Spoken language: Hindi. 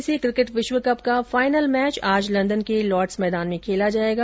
आईसीसी क्रिकेट विश्व कप का फाइनल मैच आज लंदन के लॉर्डस मैदान में खेला जाएगा